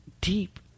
deep